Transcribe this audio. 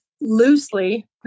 loosely